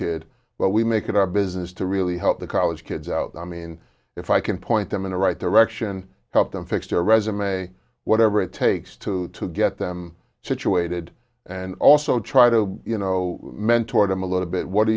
kid but we make it our business to really help the college kids out i mean if i can point them in the right direction help them fix their resume whatever it takes to get them situated and also try to you know mentor them a little bit what do